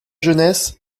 jeunesse